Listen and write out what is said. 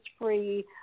free